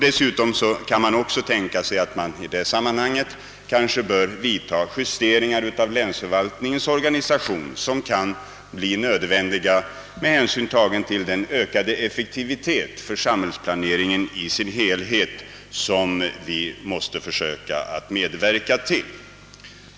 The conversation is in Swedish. Dessutom kan det tänkas att man i detta sammanhang bör vidta justeringar av länsförvaltningens organisation med hänsyn till den ökade effektivitet hos samhällsplaneringen i dess helhet, som vi måste försöka att medverka till.